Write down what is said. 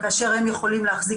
אני אוכל לפרט